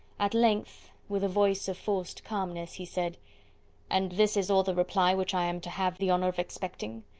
at length, with a voice of forced calmness, he said and this is all the reply which i am to have the honour of expecting!